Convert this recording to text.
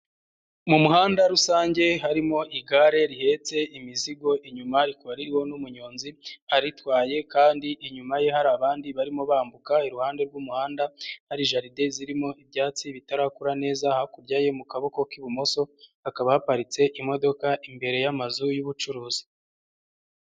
Mu muhanda rusange harimo igare rihetse imizigo inyuma rikaba ririho n'umunyonzi aritwaye kandi inyuma ye hari abandi barimo bambuka, iruhande rw'umuhanda hari jaride zirimo ibyatsi bitarakura neza, hakurya ye mu kaboko k'ibumoso hakaba haparitse imodoka imbere y'amazu y'ubucuruzi.